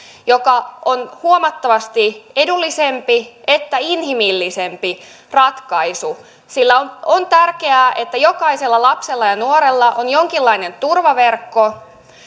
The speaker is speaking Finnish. mikä on huomattavasti edullisempi ja inhimillisempi ratkaisu sillä on on tärkeää että jokaisella lapsella ja nuorella on jonkinlainen turvaverkko